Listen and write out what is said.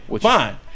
fine